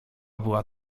była